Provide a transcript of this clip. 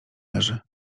leży